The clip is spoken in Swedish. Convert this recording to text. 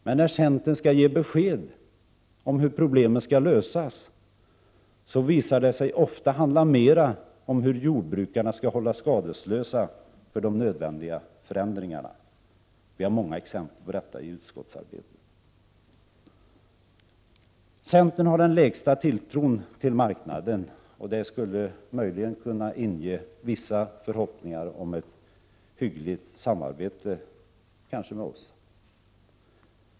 Men när centern skall ge besked om hur problemen skall lösas, visar det sig ofta handla mera om hur jordbrukarna skall hållas skadeslösa för de nödvändiga förändringarna. Vi har många exempel på detta i utskottsarbetet. Centern har den lägsta tilltron till marknaden, och det skulle möjligen kunna inge vissa förhoppningar om ett hyggligt samarbete med oss.